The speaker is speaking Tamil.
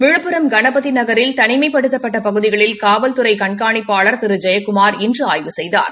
விழுப்புரம் கணபதிநகரில் தனிமைப்படுத்தப்பட்ட பகுதிகளில் காவல்துறை கண்காணிப்பாளர் திரு ஜெயக்குமார் இன்று ஆய்வு செய்தார்